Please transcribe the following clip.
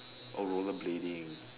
oh rollerblading